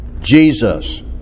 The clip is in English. Jesus